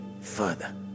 further